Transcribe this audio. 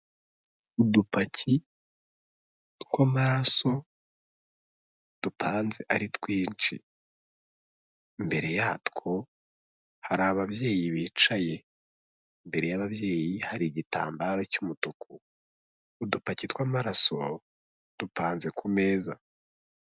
Udupaki tw'amaraso dupanze ari twinshi. Imbere yatwo hari ababyeyi bicaye, imbere y'ababyeyi hari igitambaro cy'umutuku, udupaki tw'amaraso dupanze ku meza.